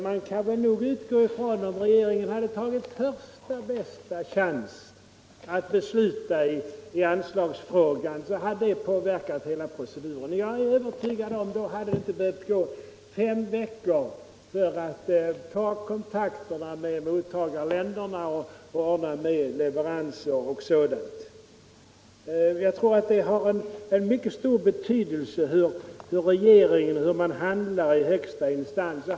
Man kan nog utgå ifrån att om regeringen hade tagit första bästa chans att besluta i anslagsfrågan hade det påverkat hela proceduren. Jag är övertygad om att det då inte hade behövt gå fem veckor för att man skulle ta kontakt med mottagarländerna och ordna med leveranser. Det har mycket stor betydelse, tror jag, hur man handlägger i högsta instans.